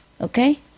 okay